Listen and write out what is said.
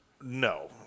no